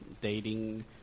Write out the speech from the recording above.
dating